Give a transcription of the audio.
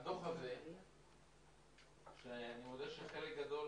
הדוח הזה שאני מודה שחלק גדול